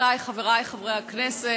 חברותי וחברי חברי הכנסת,